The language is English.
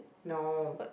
no